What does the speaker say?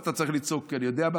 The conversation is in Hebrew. אז אתה צריך לצעוק, אני יודע מה.